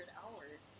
hours